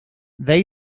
they